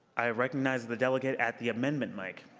i recognize the delegate at the amendment mic.